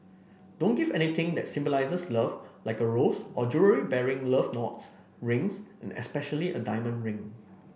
don't give anything that symbolises love like a rose or jewellery bearing love knots rings and especially a diamond ring